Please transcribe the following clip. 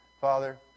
Father